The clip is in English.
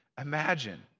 imagine